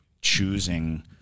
choosing